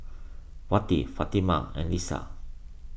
Wati Fatimah and Lisa